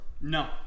No